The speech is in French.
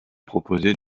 proposer